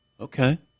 Okay